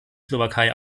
slowakei